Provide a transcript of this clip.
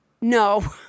No